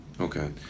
Okay